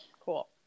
Cool